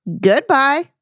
Goodbye